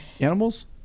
Animals